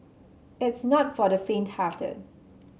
it's not for the faint hearted